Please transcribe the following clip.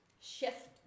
shift